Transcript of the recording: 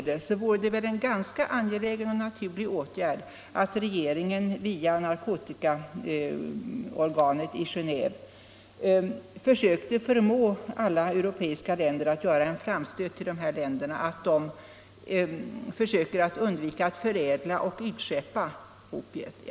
Det vore en ganska angelägen och naturlig åtgärd att regeringen via narkotikakommissionen i Geneve försökte förmå alla europeiska länder att göra en framstöt till länderna i den gyllene triangeln om att de skulle undvika att föräldla och utskeppa opiet.